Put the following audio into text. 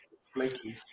Flaky